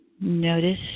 Notice